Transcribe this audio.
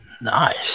Nice